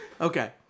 Okay